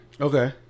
Okay